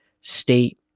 state